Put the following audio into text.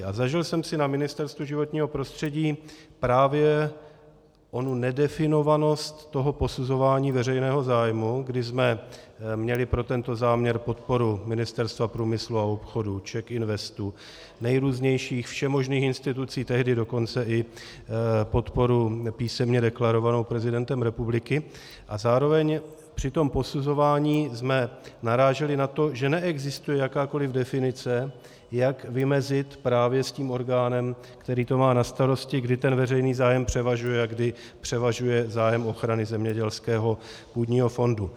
A zažil jsem si na Ministerstvu životního prostředí právě onu nedefinovanost posuzování veřejného zájmu, kdy jsme měli pro tento záměr podporu Ministerstva průmyslu a obchodu, CzechInvestu, nejrůznějších všemožných institucí, tehdy dokonce i písemně deklarovanou podporu prezidentem republiky, a zároveň při tom posuzování jsme naráželi na to, že neexistuje jakákoliv definice, jak vymezit právě s tím orgánem, který to má na starosti, kdy veřejný zájem převažuje a kdy převažuje zájem ochrany zemědělského půdního fondu.